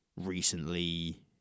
recently